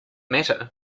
matter